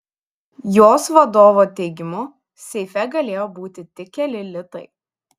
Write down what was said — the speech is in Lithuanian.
jos vadovo teigimu seife galėjo būti tik keli litai